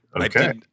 Okay